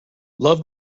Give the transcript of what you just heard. love